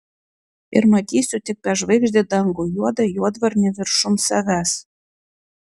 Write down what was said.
ir matysiu tik bežvaigždį dangų juodą juodvarnį viršum savęs